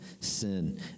sin